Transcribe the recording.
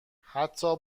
حتی